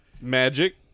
Magic